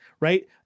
right